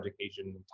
education